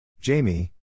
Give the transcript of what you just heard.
Jamie